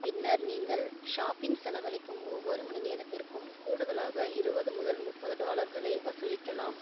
பின்னர் நீங்கள் ஷாப்பிங் செலவழிக்கும் ஒவ்வொரு மணி நேரத்திற்கும் கூடுதலாக இருபது முதல் முப்பது டாலர்களை வசூலிக்கலாம்